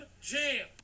jam